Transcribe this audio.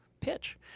pitch